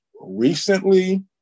recently